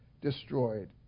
destroyed